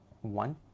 one